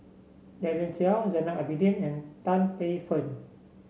Daren Shiau Zainal Abidin and Tan Paey Fern